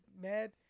mad